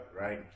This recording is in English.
right